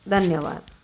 धन्यवाद